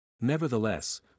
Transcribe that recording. Nevertheless